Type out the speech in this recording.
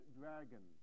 dragon